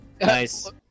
nice